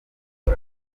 nde